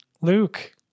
Luke